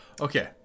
Okay